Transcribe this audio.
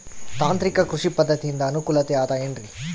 ತಾಂತ್ರಿಕ ಕೃಷಿ ಪದ್ಧತಿಯಿಂದ ಅನುಕೂಲತೆ ಅದ ಏನ್ರಿ?